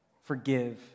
forgive